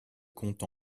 compte